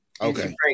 Okay